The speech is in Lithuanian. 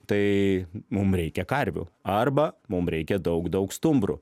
tai mum reikia karvių arba mum reikia daug daug stumbrų